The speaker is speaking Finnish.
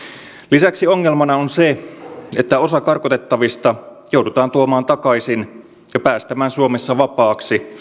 lisäksi ongelmana on se että osa karkotettavista joudutaan tuomaan takaisin ja päästämään suomessa vapaaksi